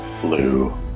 blue